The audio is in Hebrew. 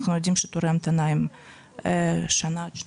אנחנו יודעים שתורי ההמתנה הם שנה עד שנתיים.